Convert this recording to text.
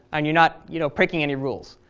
and you're not you know breaking any rules.